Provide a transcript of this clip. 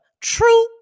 True